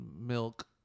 Milk